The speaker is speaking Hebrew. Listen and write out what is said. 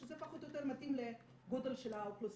שזה פחות או יותר מתאים לגודל של האוכלוסייה,